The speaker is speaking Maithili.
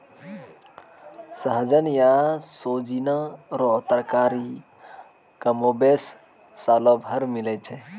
सहजन या सोजीना रो तरकारी कमोबेश सालो भर मिलै छै